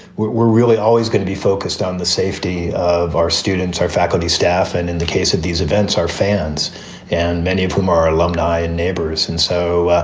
we're really always going to be focused on the safety of our students, our faculty, staff, and in the case of these events, our fans and many of them, our alumni and neighbors. and so,